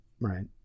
right